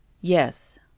Yes